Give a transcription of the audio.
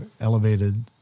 elevated